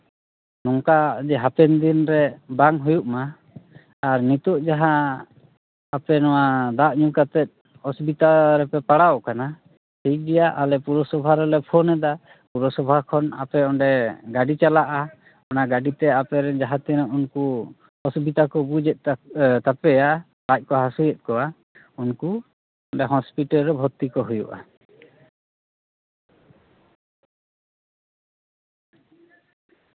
ᱱᱚᱝᱠᱟ ᱡᱮ ᱦᱟᱯᱮᱱ ᱫᱤᱱᱨᱮ ᱵᱟᱝ ᱦᱩᱭᱩᱜ ᱢᱟ ᱟᱨ ᱱᱤᱛᱳᱜ ᱡᱟᱦᱟᱸ ᱟᱯᱮ ᱱᱚᱣᱟ ᱫᱟᱜ ᱧᱩ ᱠᱟᱛᱮ ᱚᱥᱩᱵᱤᱫᱟ ᱨᱮᱯᱮ ᱯᱟᱲᱟᱣᱟᱠᱟᱱᱟ ᱴᱷᱤᱠ ᱜᱮᱭᱟ ᱟᱞᱮ ᱯᱳᱣᱨᱳᱥᱚᱵᱷᱟ ᱨᱮᱞᱮ ᱯᱷᱳᱱᱮᱫᱟ ᱯᱳᱣᱨᱳᱥᱚᱵᱷᱟ ᱠᱷᱚᱱ ᱟᱯᱮ ᱚᱸᱰᱮ ᱜᱟᱹᱰᱤ ᱪᱟᱞᱟᱜᱼᱟ ᱚᱱᱟ ᱜᱟᱹᱰᱤᱛᱮ ᱟᱯᱮᱨᱮᱱ ᱡᱟᱦᱟᱸᱛᱤᱱᱟᱹᱜ ᱩᱱᱠᱩ ᱚᱥᱩᱵᱤᱫᱟᱠᱚ ᱵᱩᱡᱮᱫ ᱛᱟᱯᱮ ᱛᱟᱯᱮᱭᱟ ᱥᱮ ᱞᱟᱡ ᱠᱚ ᱦᱟᱹᱥᱩᱭᱮᱫ ᱠᱚᱣᱟ ᱩᱱᱠᱩ ᱚᱸᱰᱮ ᱦᱚᱥᱯᱤᱴᱟᱞ ᱨᱮ ᱵᱷᱩᱨᱛᱤ ᱠᱚ ᱦᱩᱭᱩᱜᱼᱟ